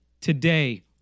today